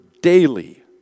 daily